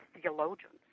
theologians